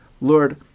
Lord